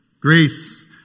Grace